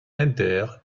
hunter